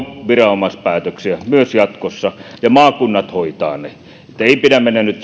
viranomaispäätöksiä myös jatkossa ja maakunnat hoitavat ne eli ei pidä nyt